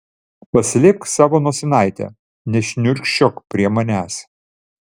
paslėpk savo nosinaitę nešniurkščiok prie manęs